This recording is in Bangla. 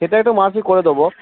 সেটা একটু মার্সি করে দোবো